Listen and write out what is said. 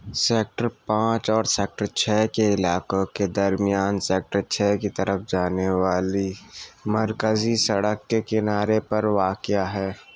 sector پانچ اور sector چھ کے علاقوں کے درمیان سیکٹر چھ کی طرف جانے والی مرکزی سڑک کے کنارے پر واقع ہے